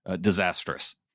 disastrous